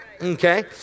okay